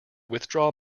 withdraw